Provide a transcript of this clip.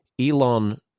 Elon